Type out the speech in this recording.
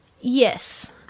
Yes